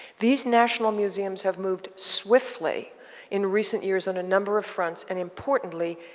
these national museums have moved swiftly in recent years on a number of fronts. and importantly,